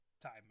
time